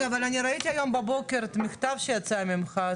אבל ראיתי היום בבוקר את המכתב שיצא ממך.